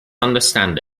understand